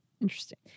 Interesting